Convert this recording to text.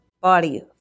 body